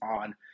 on